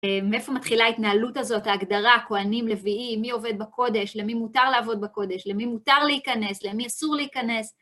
אה... מאיפה מתחילה ההתנהלות הזאת, ההגדרה, כוהנים, לוויים, מי עובד בקודש, למי מותר לעבוד בקודש, למי מותר להיכנס, למי אסור להיכנס?